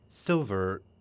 Silver